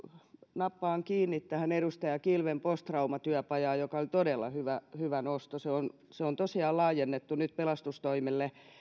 nappaan kiinni tähän edustaja kilven posttraumatyöpajaan joka oli todella hyvä hyvä nosto se on se on tosiaan laajennettu nyt pelastustoimelle